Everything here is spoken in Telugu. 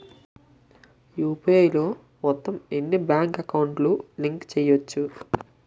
యు.పి.ఐ లో మొత్తం ఎన్ని బ్యాంక్ అకౌంట్ లు లింక్ చేయచ్చు?